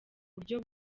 buryo